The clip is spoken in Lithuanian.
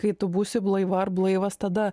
kai tu būsi blaiva ar blaivas tada